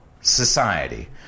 society